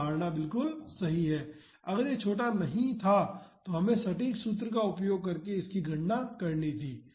तो धारणा सही है अगर यह छोटा नहीं था तो हमें सटीक सूत्र का उपयोग करके इसकी गणना करनी थी